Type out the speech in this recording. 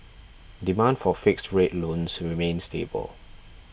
demand for fixed rate loans remains stable